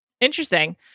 Interesting